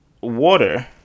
Water